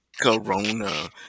Corona